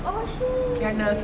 oh shit